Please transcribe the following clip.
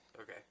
Okay